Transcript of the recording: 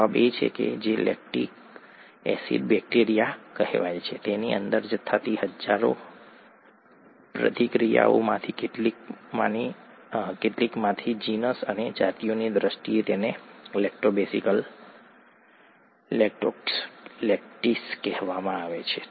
જવાબ એ છે કે જે લેક્ટિક એસિડ બેક્ટેરિયા કહેવાય છે તેની અંદર થતી હજારો પ્રતિક્રિયાઓમાંથી કેટલીકમાંથી જીનસ અને જાતિઓની દ્રષ્ટિએ તેને લેક્ટોબેસિલસ લેક્ટોકોકસ લેક્ટિસ કહેવામાં આવે છે